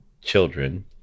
children